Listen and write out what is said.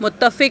متفق